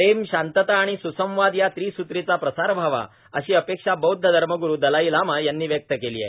प्रेम शांतता आणि स्संवाद या त्रिस्त्रीचा प्रसार व्हावा अशी अपेक्षा बौद्ध धर्मग्रू दलाई लामा यांनी व्यक्त केली आहे